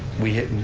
we hit,